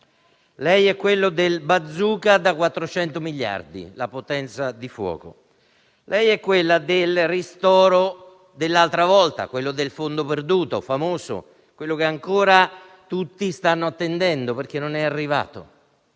Lei è quello del bazooka da 400 miliardi, la potenza di fuoco. Lei è quello del ristoro dell'altra volta, il famoso fondo perduto, che ancora tutti stanno attendendo, perché non è arrivato;